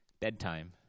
Bedtime